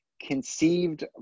conceived